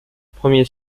premier